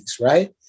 right